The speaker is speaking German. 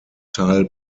teil